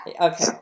Okay